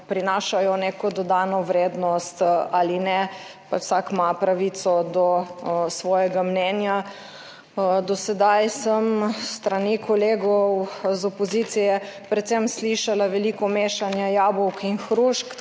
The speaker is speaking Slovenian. prinašajo neko dodano vrednost ali ne, pač vsak ima pravico do svojega mnenja. Do sedaj sem s strani kolegov iz opozicije predvsem slišala veliko mešanja jabolk in hrušk,